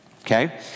Okay